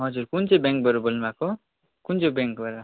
हजुर कुन चाहिँ ब्याङ्कबाट बोल्नुभएको कुन चाहिँ ब्याङ्कबाट